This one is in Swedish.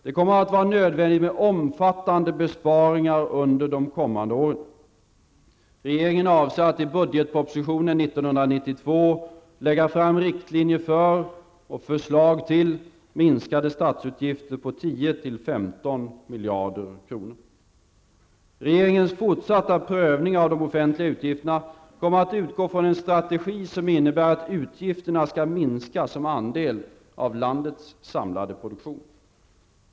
Det kommer att vara nödvändigt med omfattande besparingar under de kommande åren. Regeringen avser att i budgetpropositionen 1992 lägga fram riktlinjer för och förslag till minskade statsutgifter på 10--15 miljarder kronor. Regeringens fortsatta prövning av de offentliga utgifterna kommer att utgå från en strategi som innebär att utgifterna skall minska som andel av landets samlade produktion.